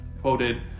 Quoted